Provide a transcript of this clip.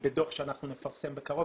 בדוח שאנחנו נפרסם בקרוב,